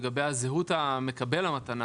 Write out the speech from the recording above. לגבי זהות מקבל המתנה